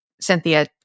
Cynthia